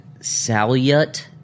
Salyut